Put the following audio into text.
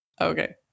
Okay